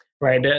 right